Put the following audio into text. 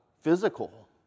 physical